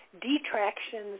detractions